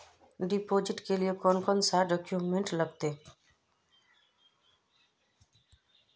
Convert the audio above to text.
Deposit के लिए कौन कौन से डॉक्यूमेंट लगते?